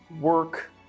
work